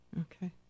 Okay